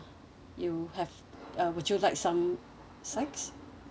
you have uh would you like some sides